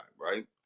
Right